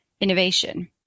innovation